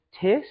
test